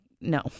no